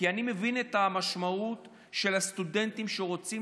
כי אני מבין את המשמעות של הסטודנטים שרוצים